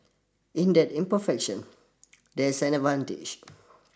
in that imperfection there's an advantage